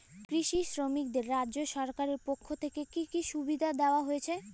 কৃষি শ্রমিকদের রাজ্য সরকারের পক্ষ থেকে কি কি সুবিধা দেওয়া হয়েছে?